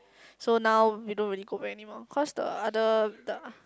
so now we don't really go back anymore cause the other the